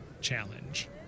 challenge